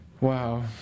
Wow